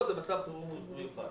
מגבלות מיוחדות זה מצב חירום מיוחד".